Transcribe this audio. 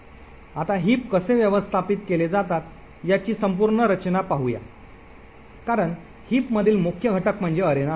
आता हिप कसे व्यवस्थापित केले जातात याची संपूर्ण रचना पाहूया कारण हिपमधील मुख्य घटक म्हणजे अरेना होय